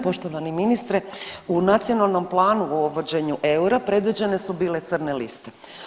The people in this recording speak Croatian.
Poštovani ministre u Nacionalnom planu o uvođenju eura predviđene su bile crne liste.